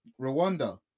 Rwanda